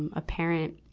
and a parent,